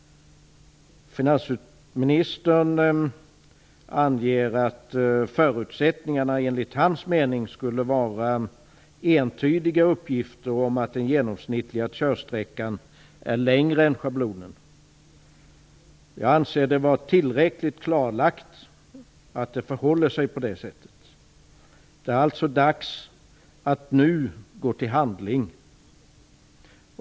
Finansministern anger att förutsättningarna, enligt hans mening, skulle vara entydiga uppgifter om att den genomsnittliga körsträckan är längre än schablonen. Jag anser att det är tillräckligt klarlagt att det förhåller sig på det sättet. Det är alltså dags att nu gå till handling.